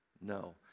No